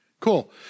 Cool